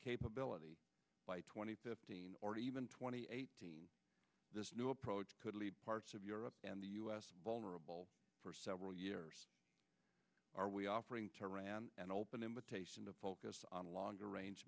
capability twenty fifteen or even twenty eight this new approach could leave parts of europe and the us vulnerable for several years are we offering to iran an open invitation to focus on a longer range